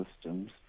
systems